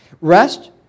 Rest